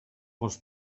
was